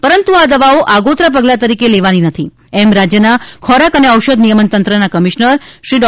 પરંતુ આ દવાઓ આગોતરા પગલાં તરીકે લેવાની નથી એમ રાજ્યના ખોરાક અને ઔષધ નિયમન તંત્રના કમિશનર શ્રી ડૉ